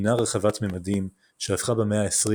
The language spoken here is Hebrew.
מדינה רחבת ממדים שהפכה במאה העשרים